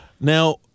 Now